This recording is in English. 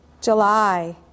July